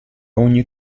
ogni